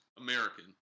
american